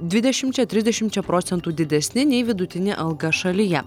dvidešimčia trisdešimčia procentų didesni nei vidutinė alga šalyje